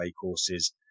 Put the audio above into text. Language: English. courses